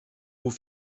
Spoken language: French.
vous